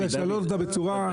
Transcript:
צריך לשנות אותה בצורה נכונה.